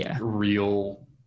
real